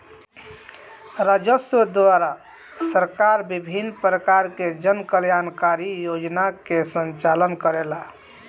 राजस्व द्वारा सरकार विभिन्न परकार के जन कल्याणकारी योजना के संचालन करेला